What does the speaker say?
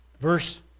verse